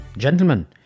Gentlemen